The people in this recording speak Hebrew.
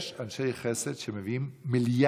יש אנשי חסד שמביאים מיליארדים,